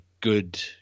good